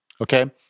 okay